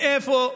מאיפה,